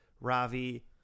ravi